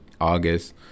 August